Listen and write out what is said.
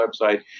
website